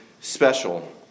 special